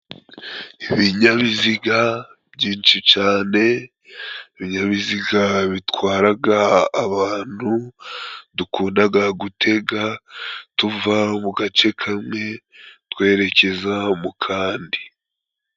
Ibinyabiziga byinshi cane , ibinyabiziga bitwaraga abantu dukundaga gutega tuva mu gace kamwe twerekeza mu kandi.